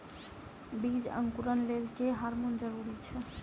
बीज अंकुरण लेल केँ हार्मोन जरूरी छै?